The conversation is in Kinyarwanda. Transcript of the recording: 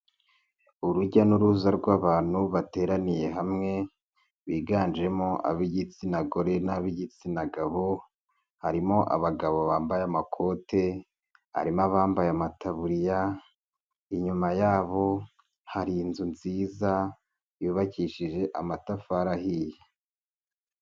Urujya n'uruza rw'abantu bateraniye hamwe, biganjemo ab'igitsina gore n'ab'igitsina gabo, harimo abagabo bambaye amakote, harimo abambaye amataburiya, inyuma yabo hari inzu nziza yubakishije amatafari ahiye.